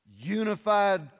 unified